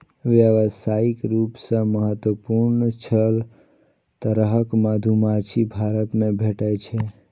व्यावसायिक रूप सं महत्वपूर्ण छह तरहक मधुमाछी भारत मे भेटै छै